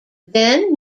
then